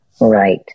Right